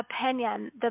Opinion